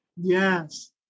Yes